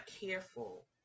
careful